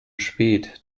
spät